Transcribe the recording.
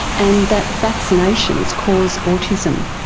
and that vaccinations cause autism.